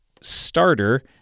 starter